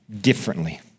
differently